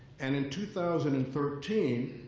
and in two thousand and thirteen,